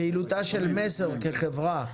פעילותה של מסר כחברה,